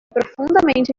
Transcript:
profundamente